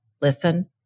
listen